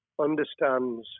understands